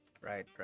Right